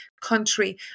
Country